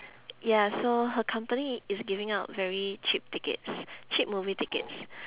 ya so her company is giving out very cheap tickets cheap movie tickets